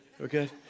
okay